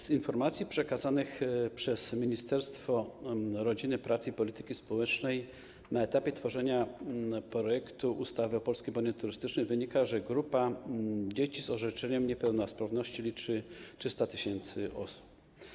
Z informacji przekazanych przez Ministerstwo Rodziny, Pracy i Polityki Społecznej na etapie tworzenia projektu ustawy o Polskim Bonie Turystycznym wynika, że grupa dzieci z orzeczeniem niepełnosprawności liczy 300 tys. osób.